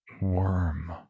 worm